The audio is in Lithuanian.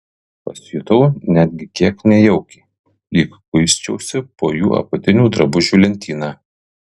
pasijutau netgi kiek nejaukiai lyg kuisčiausi po jų apatinių drabužių lentyną